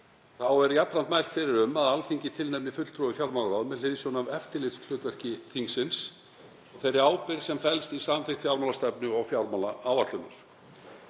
Þá er jafnframt mælt fyrir um að Alþingi tilnefni fulltrúa í fjármálaráð með hliðsjón af eftirlitshlutverki þingsins og þeirri ábyrgð sem felst í samþykkt fjármálastefnu og fjármálaáætlunar.